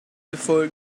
before